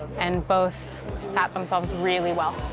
and both set themselves really well.